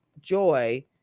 Joy